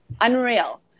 unreal